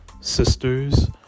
sisters